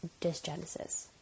dysgenesis